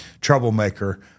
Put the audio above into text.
troublemaker